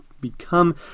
become